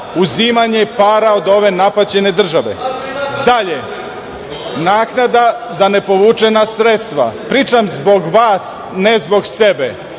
uzimanje para od ove napaćene države. Dalje, naknada za nepovučena sredstva… Pričam zbog vas, ne zbog sebe.